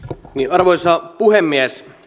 arvoisa puhemies